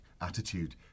attitude